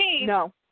No